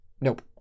nope